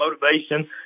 motivation